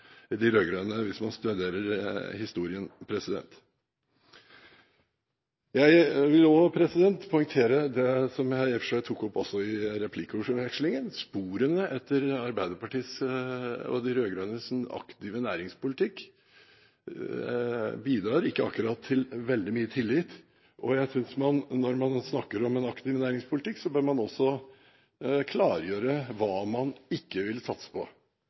de rød-grønne hvis man studerer historien. Jeg vil poengtere det jeg i og for seg også tok opp i replikkordvekslingen: Sporene etter Arbeiderpartiet og de rød-grønnes aktive næringspolitikk bidrar ikke til veldig mye tillit. Jeg synes at når man snakker om en aktiv næringspolitikk, bør man også klargjøre hva man ikke vil satse på.